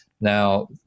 Now